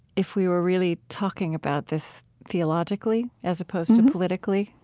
if we were really talking about this theologically as opposed to politically,